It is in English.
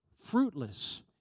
fruitless